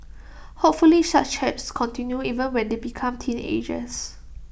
hopefully such chats continue even when they become teenagers